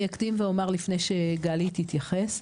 אני אקדים ואומר לפני שגלי תתייחס,